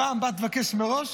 בפעם הבאה תבקש מראש,